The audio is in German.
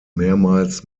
mehrmals